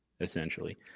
essentially